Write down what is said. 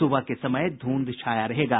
सुबह के समय धुंध छाया रहेगा